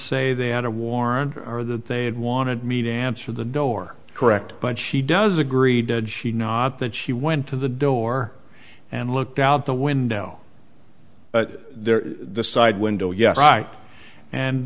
say they had a warrant or that they had wanted me to answer the door correct but she does agree did she not that she went to the door and looked out the window but there the side window yes right and